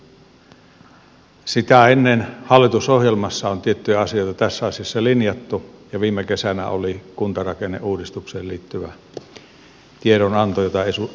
sitä ennen hallitusohjelmassa on tiettyjä asioita tässä asiassa linjattu ja viime kesänä oli kuntarakenneuudistukseen liittyvä tiedonanto jota eduskunta käsitteli